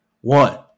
One